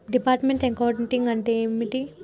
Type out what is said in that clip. Departmental accounting అంటే ఏమిటి?